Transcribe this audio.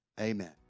Amen